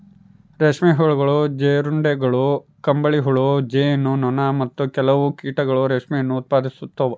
ರೇಷ್ಮೆ ಹುಳು, ಜೀರುಂಡೆಗಳು, ಕಂಬಳಿಹುಳು, ಜೇನು ನೊಣ, ಮತ್ತು ಕೆಲವು ಕೀಟಗಳು ರೇಷ್ಮೆಯನ್ನು ಉತ್ಪಾದಿಸ್ತವ